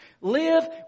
Live